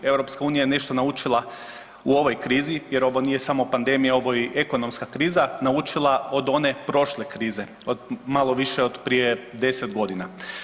EU je nešto naučila u ovoj krizi jer ovo nije samo pandemija, ovo je i ekonomska kriza, naučila od one prošle krize od malo više od prije 10 godina.